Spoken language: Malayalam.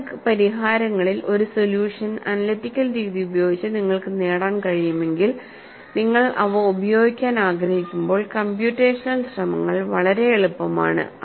വിവിധ പരിഹാരങ്ങളിൽ ഒരു സൊല്യൂഷൻ അനലിറ്റിക്കൽ രീതി ഉപയോഗിച്ച് നിങ്ങൾക്ക് നേടാൻ കഴിയുമെങ്കിൽ നിങ്ങൾ അവ ഉപയോഗിക്കാൻ ആഗ്രഹിക്കുമ്പോൾ കമ്പ്യൂട്ടേഷണൽ ശ്രമങ്ങൾ വളരെ എളുപ്പമാണ്